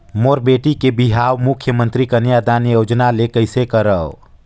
मोर बेटी के बिहाव मुख्यमंतरी कन्यादान योजना ले कइसे करव?